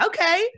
Okay